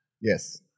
Yes